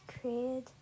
created